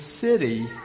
city